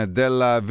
della